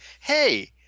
Hey